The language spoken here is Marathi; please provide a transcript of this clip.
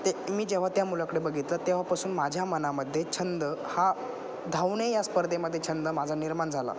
ते मी जेव्हा त्या मुलाकडे बघितलं तेव्हापासून माझ्या मनामध्ये छंद हा धावणे या स्पर्धेमध्ये छंद माझा निर्माण झाला